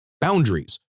boundaries